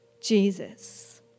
Jesus